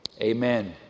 Amen